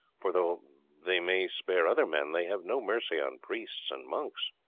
for though they may spare other men they have no mercy on priests and monks?